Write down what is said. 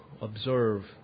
observe